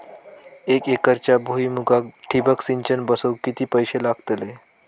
एक एकरच्या भुईमुगाक ठिबक सिंचन बसवूक किती पैशे लागतले?